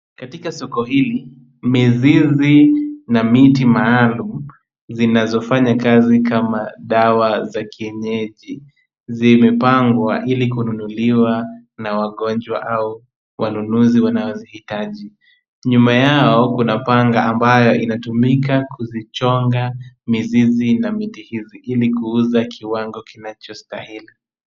Katika soko hili, mizizi na miti maalum zinazofanya kazi kama dawa za kienyeji. Zimepangwa ili kununuliwa na wagonjwa au wanunuzi wanaozihitaji. Nyuma yao kuna panga ambayo inatumika kuzichonga mizizi na miti hizi ili kuuza kiwango kinachostahili.